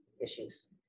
Issues